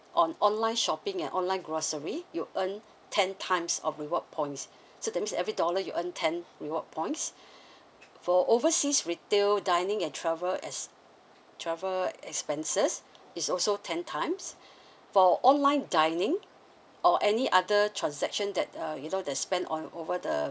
on online shopping and online grocery you earn ten times of reward points so that means every dollar you earn ten reward points for overseas retail dining and travel as travel expenses is also ten times for online dining or any other transaction that uh you know they spend on over the